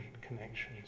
connections